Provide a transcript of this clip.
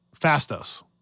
Fastos